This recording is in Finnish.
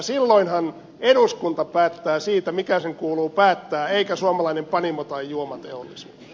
silloinhan eduskunta päättää siitä mistä sen kuuluu päättää eikä suomalainen panimo tai juomateollisuus